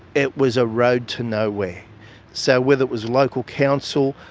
it was a road to nowhere. so whether it was local council,